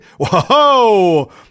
Whoa